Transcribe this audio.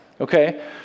okay